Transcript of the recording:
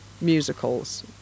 musicals